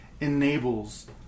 enables